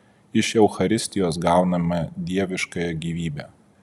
iš eucharistijos gauname dieviškąją gyvybę